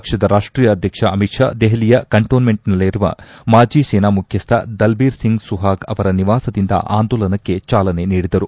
ಪಕ್ಷದ ರಾಷ್ಟೀಯ ಅಧ್ಯಕ್ಷ ಅಮಿತ್ ಷಾ ದೆಹಲಿಯ ಕಂಟೋನ್ದೆಂಟ್ನಲ್ಲಿರುವ ಮಾಜಿ ಸೇನಾ ಮುಖ್ಯಸ್ಥ ದಲ್ಲೀರ್ ಸಿಂಗ್ ಸುಹಾಗ್ ಅವರ ನಿವಾಸದಿಂದ ಆಂದೋಲನಕ್ಕೆ ಚಾಲನೆ ನೀಡಿದರು